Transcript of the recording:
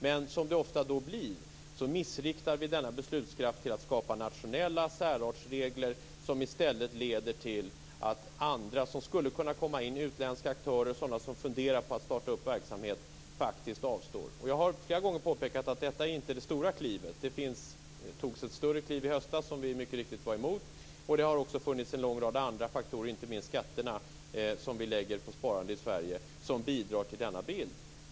Men då missriktar vi ofta denna beslutskraft så att vi skapar nationella särartsregler som i stället leder till att andra som skulle kunna komma fram, t.ex. utländska aktörer och sådana som funderar på att starta verksamhet, faktiskt avstår från det. Jag har flera gånger påpekat att detta inte är det stora klivet. Det togs ett större kliv i höstas som vi mycket riktigt var emot. Det finns också en lång rad andra faktorer som bidrar till denna bild, inte minst de skatter som vi lägger på sparande i Sverige.